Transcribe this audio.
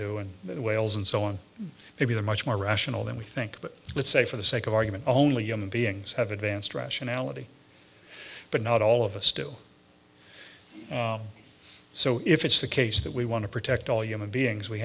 whales and so on maybe they're much more rational than we think but let's say for the sake of argument only human beings have advanced rationality but not all of us do so if it's the case that we want to protect all human beings we